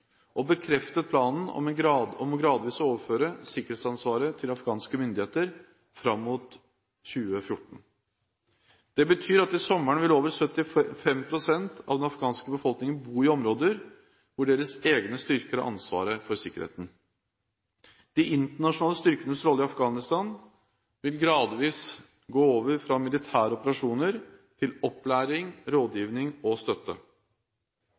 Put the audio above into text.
og bekreftet planen om gradvis å overføre sikkerhetsansvaret til afghanske myndigheter fram mot 2014. Det betyr at til sommeren vil over 75 pst. av den afghanske befolkningen bo i områder hvor deres egne styrker har ansvaret for sikkerheten. De internasjonale styrkenes rolle i Afghanistan vil gradvis gå over fra militære operasjoner til opplæring, rådgivning og støtte.